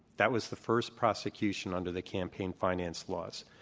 that was the first prosecution under the campaign finance laws.